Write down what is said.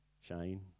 Shane